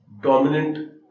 dominant